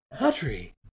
Audrey